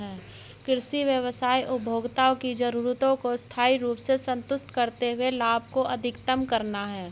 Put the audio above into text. कृषि व्यवसाय उपभोक्ताओं की जरूरतों को स्थायी रूप से संतुष्ट करते हुए लाभ को अधिकतम करना है